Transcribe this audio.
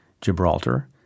Gibraltar